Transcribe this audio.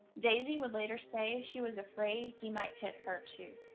daisie would later say she was afraid he might hit her too.